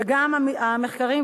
וגם המחקרים,